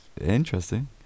interesting